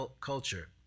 culture